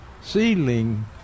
seedling